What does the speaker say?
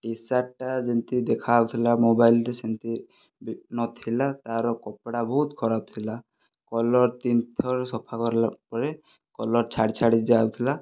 T shirt ଟା ଯେମିତି ଦେଖାଯାଉଥିଲା ମୋବାଇଲରେ ସେମିତି ନଥିଲା ତାର କପଡ଼ା ବହୁତ ଖରାପ ଥିଲା କଲର ତିନି ଥର ସଫା କରିଲା ପରେ କଲର ଛାଡ଼ି ଛାଡ଼ି ଯାଉଥିଲା